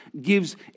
gives